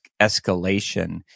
escalation